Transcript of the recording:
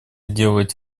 делать